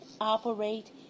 operate